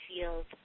field